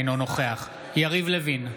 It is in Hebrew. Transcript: אינו נוכח יריב לוין,